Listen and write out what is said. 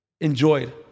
enjoyed